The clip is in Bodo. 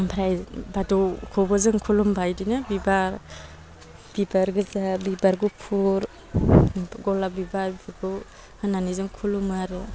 ओमफ्राय बाथौखौबो जों खुलुमबा बिदिनो बिबार बिबार गोजा बिबार गुफुर गलाब बिबार बेफोरखौ होनानै जों खुलुमो आरो